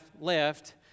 left